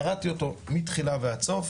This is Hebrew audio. קראתי אותו מתחילה ועד סוף